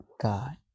God